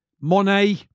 Monet